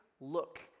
look